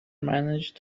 managed